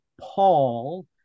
Paul